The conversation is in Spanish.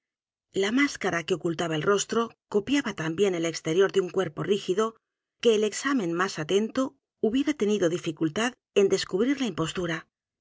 la máscara que ocultaba el rostro copiaba tan bien el exterior de un cuerpo rígido que el examen m á s atento hubiera tenido dificultad en descubrir la impostura